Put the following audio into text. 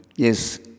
Yes